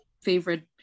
favorite